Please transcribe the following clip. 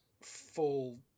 full